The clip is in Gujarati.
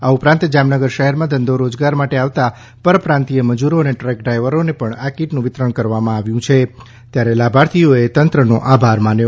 આ ઉપરાંત જામનગર શહેરમાં ધંધો રોજગાર માટે આવતા પરપ્રાંતીય મજૂરો અને ટ્રક ડ્રાઈવરોને પણ કીટ વિતરણ કરવામાં આવી છે ત્યારે લાભાર્થીઓ પણ તંત્રનો આભાર માને છે